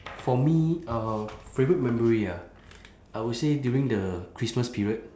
for me uh favourite memory ah I would say during the christmas period